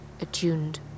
attuned